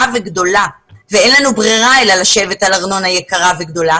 וגדולה - ואין לנו ברירה אלא לשבת על ארנונה יקרה וגדולה